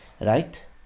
right